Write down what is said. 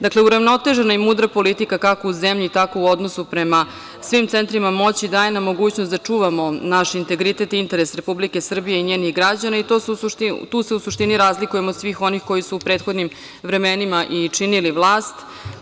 Dakle, uravnotežena i mudra politika kako u zemlji, tako i u odnosu prema svim centrima moći daje nam mogućnost da čuvamo naš integritet i interes Republike Srbije i njenih građana i to se u suštini razlikujemo od svih onih koji su u prethodnim vremenima i činili vlast.